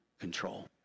control